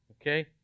Okay